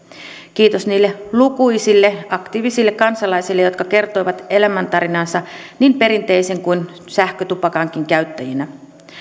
kiitos niille lukuisille aktiivisille kansalaisille jotka kertoivat elämäntarinaansa niin perinteisen kuin sähkötupakankin käyttäjinä